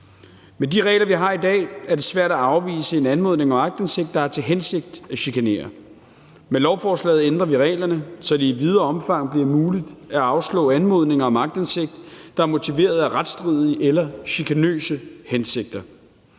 Med de regler, vi har i dag, er det svært at afvise en anmodning om aktindsigt, der har til hensigt at chikanere. Med lovforslaget ændrer vi reglerne, så det i videre omfang bliver muligt at afslå anmodninger om aktindsigt, der er motiveret af retsstridige eller chikanøse hensigter.